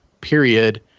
period